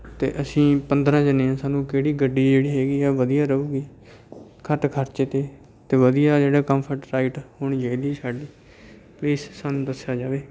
ਅਤੇ ਅਸੀਂ ਪੰਦਰਾਂ ਜਣੇ ਹੈ ਸਾਨੂੰ ਕਿਹੜੀ ਗੱਡੀ ਜਿਹੜੀ ਹੈਗੀ ਹੈ ਵਧੀਆ ਰਹੂਗੀ ਘੱਟ ਖਰਚੇ 'ਤੇ ਅਤੇ ਵਧੀਆ ਜਿਹੜਾ ਕੰਫਰਟ ਰਾਈਟ ਹੋਣੀ ਚਾਹੀਦੀ ਹੈ ਸਾਡੀ ਪਲੀਸ ਸਾਨੂੰ ਦੱਸਿਆ ਜਾਵੇ